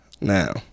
Now